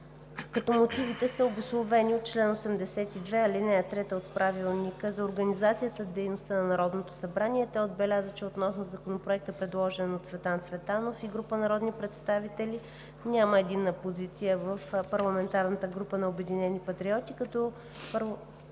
като мотивите са обусловени от чл. 82, ал. 3 от Правилника за организацията и дейността на Народното събрание. Той отбеляза, че относно Законопроекта, предложен от Цветан Цветанов и група народни представители, няма единна позиция в парламентарната група на „Обединени патриоти“, като Политическа партия